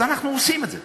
אז אנחנו עושים את זה.